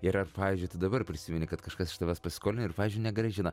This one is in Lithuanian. ir ar pavyzdžiui tu dabar prisimeni kad kažkas iš tavęs pasiskolina ir pavyzdžiui negrąžina